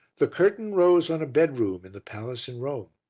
the curtain rose on a bedroom in the palace in rome.